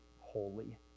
holy